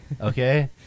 okay